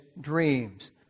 dreams